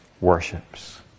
worships